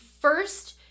first